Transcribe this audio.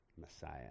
Messiah